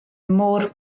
mor